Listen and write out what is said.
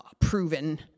proven